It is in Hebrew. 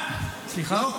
סליחה?